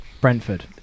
brentford